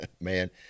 man